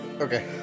Okay